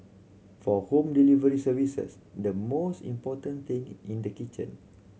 for home delivery services the most important thing in the kitchen